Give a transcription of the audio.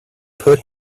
put